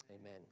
Amen